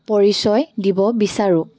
পৰিচয় দিব বিচাৰোঁ